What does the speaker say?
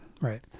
right